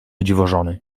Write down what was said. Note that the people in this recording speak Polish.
dziwożony